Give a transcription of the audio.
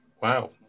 Wow